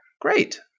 Great